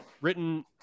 Written